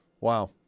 Wow